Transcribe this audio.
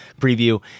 preview